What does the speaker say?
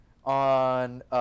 On